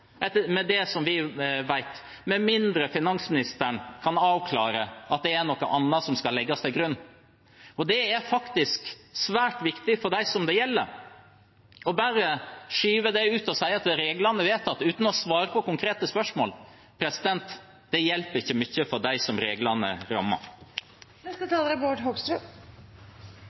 det, med mindre finansministeren kan avklare at noe annet skal legges til grunn. Dette er svært viktig for dem det gjelder. Bare å skyve det ut og si at reglene er vedtatt, uten å svare på konkrete spørsmål, hjelper ikke mye for dem som reglene rammer. Jeg registrerer at representanten Gjelsvik ikke ville svare på hvordan han trodde det skulle være mulig å gjøre noe som er